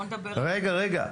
בוא נדבר --- רגע, רגע.